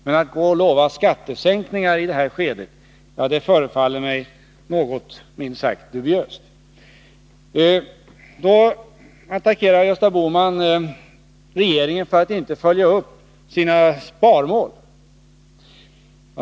Att i det här skedet lova skattesänkningar förefaller mig något dubiöst. Gösta Bohman attackerar regeringen för att inte följa upp sina sparmål.